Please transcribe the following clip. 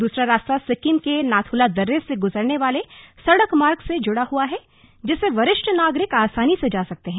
दूसरा रास्ता सिक्किम के नाथुला दर्रे से गुजरने वाले सड़क मार्ग से जुड़ा हुआ है जिससे वरिष्ठ नागरिक आसानी से जा सकते हैं